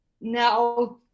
now